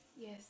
Yes